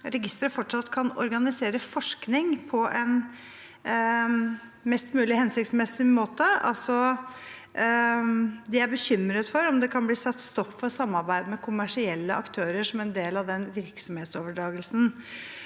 registeret fortsatt kan organisere forskning på en mest mulig hensiktsmessig måte. De er bekymret for om det kan bli satt en stopp for samarbeid med kommersielle aktører som en del av virksomhetsoverdragelsen.